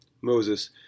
Moses